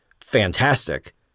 fantastic